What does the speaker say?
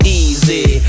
easy